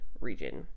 region